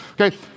okay